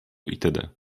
itd